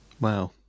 Wow